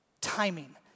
timing